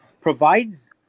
provides